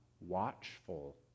watchful